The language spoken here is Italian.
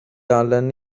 allen